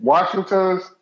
Washington's